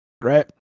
right